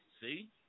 See